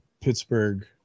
Pittsburgh